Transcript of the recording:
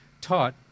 taught